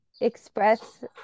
express